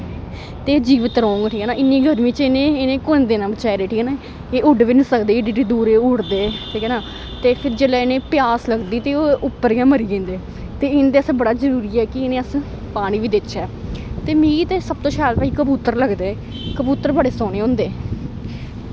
ते एह् जीबत रौंह्गन हैना इन्नी गर्मी च इनें कोन देना बचैरें एह् उड्ड बी नी सकदे एह्डै एह्डै दूरा उडदे ठीक ऐ ना ते फिर जिसलै इनें प्यास लगदी ते ओह् उप्पर गै मरी जंदे ते इंदै आस्तै बड़ा जरूरी ऐ कि इनें अस पानी बी देचै ते मिगी ते सब तो शैल कबूतर लगदे कबूतर बड़े सोह्ने होंदे